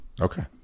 Okay